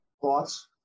Thoughts